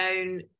own